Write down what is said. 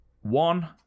one